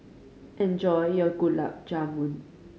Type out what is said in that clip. enjoy your Gulab Jamun